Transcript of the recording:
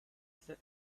set